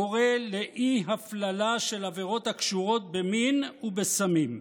קורא לאי-הפללה של עבירות הקשורות במין ובסמים.